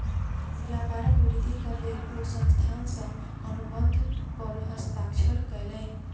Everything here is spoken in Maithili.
व्यापारक वृद्धिक लेल ओ संस्थान सॅ अनुबंध पर हस्ताक्षर कयलैन